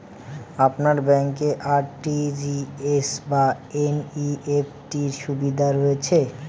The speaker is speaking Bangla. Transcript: আপনার ব্যাংকে আর.টি.জি.এস বা এন.ই.এফ.টি র সুবিধা রয়েছে?